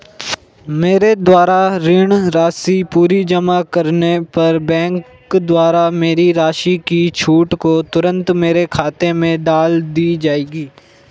मेरे द्वारा ऋण राशि पूरी जमा करने पर बैंक द्वारा मेरी राशि की छूट को तुरन्त मेरे खाते में डाल दी जायेगी?